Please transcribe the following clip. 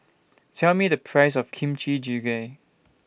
Tell Me The Price of Kimchi Jjigae